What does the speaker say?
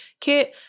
kit